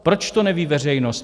Proč to neví veřejnost?